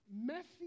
messy